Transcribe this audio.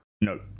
no